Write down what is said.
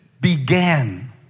began